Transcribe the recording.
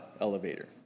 elevator